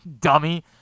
dummy